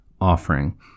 offering